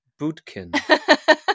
Bootkin